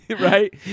right